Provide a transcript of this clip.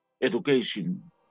Education